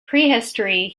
prehistory